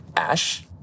Ash